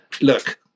look